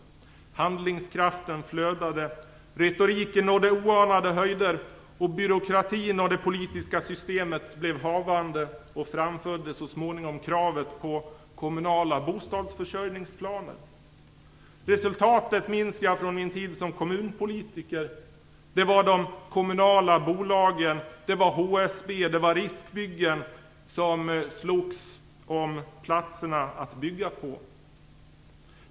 Handlingskraften flödade. Retoriken nådde oanade höjder, och byråkratin och det politiska systemet blev havande och framfödde så småningom kravet på kommunala bostadsförsörjningsplaner. Resultatet minns jag från min tid som kommunpolitiker. Det var de kommunala bolagen, HSB och Riksbyggen som slogs om platser att bygga på.